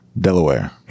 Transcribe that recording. Delaware